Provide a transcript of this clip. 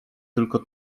tylko